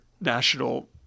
national